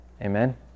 Amen